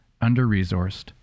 under-resourced